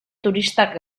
turistak